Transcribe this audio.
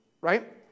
right